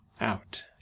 out